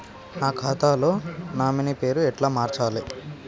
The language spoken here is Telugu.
నా ఖాతా లో నామినీ పేరు ఎట్ల మార్చాలే?